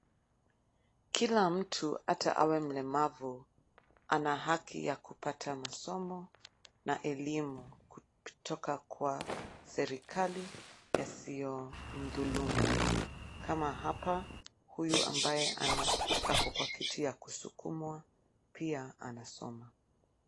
Kila mtu, hata awe mlemavu, ana haki ya kupata masomo na elimu, kutoka kwa serikali, yasiyomdhulumu. Kama hapa, huyu ambaye ako kwa kiti ya kusukumwa, pia anasoma.